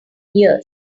years